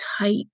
tight